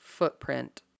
footprint